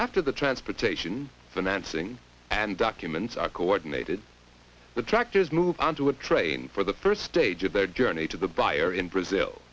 after the transportation financing and documents are coordinated the tractors move onto a train for the first stage of their journey to the buyer in brazil